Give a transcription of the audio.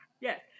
Yes